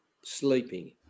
sleeping